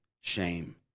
shame